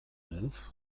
neuf